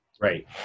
Right